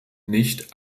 nicht